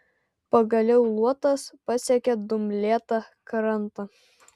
pagaliau luotas pasiekė dumblėtą krantą